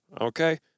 Okay